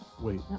wait